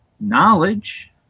knowledge